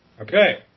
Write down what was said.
Okay